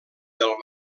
del